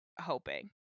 hoping